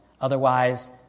Otherwise